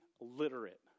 literate